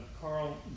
Carl